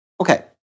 Okay